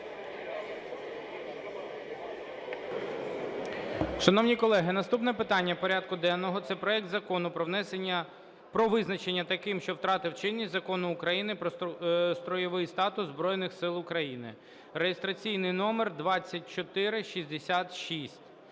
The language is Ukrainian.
Шановні колеги, наступне питання порядку денного. Це проект Закону про визнання таким, що втратив чинність, Закону України "Про Стройовий статут Збройних Сил України" (реєстраційний номер 2466).